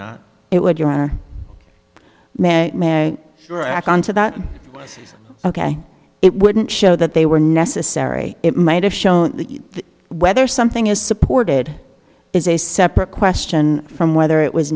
did not it would you are may act on to that ok it wouldn't show that they were necessary it might have shown whether something is supported is a separate question from whether it was